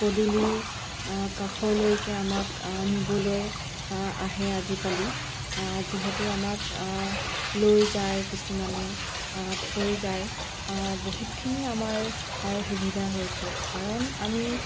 পদূলিৰ কাষৰলৈকে আমাক নিবলৈ আহে আজিকালি যিহেতু আমাক লৈ যায় কিছুমানে থৈ যায় বহুতখিনি আমাৰ সুবিধা হৈছে কাৰণ আমি